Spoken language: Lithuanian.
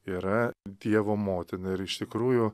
yra dievo motina ir iš tikrųjų